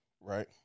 Right